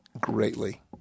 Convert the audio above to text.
greatly